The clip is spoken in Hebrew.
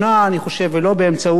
ולא באמצעות הביטוי הזה.